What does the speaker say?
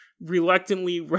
reluctantly